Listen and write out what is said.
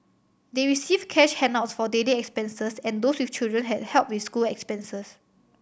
they received cash handouts for daily expenses and those with children had help with school expenses